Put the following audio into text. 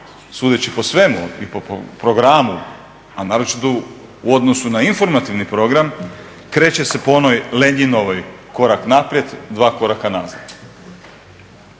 sudeći po svemu i po programu, a naročito u odnosu na informativni program kreće se po onoj Lenjinovoj "Korak naprijed, dva koraka nazad."